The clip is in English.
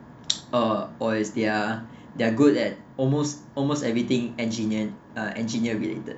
uh or is their they're good at almost almost everything engineer ah engineer related